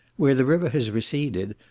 where the river has receded,